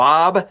Bob